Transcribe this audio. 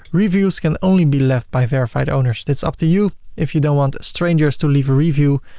reviews can only be left by verified owners that's up to you. if you don't want strangers to leave a review,